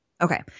Okay